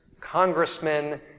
congressmen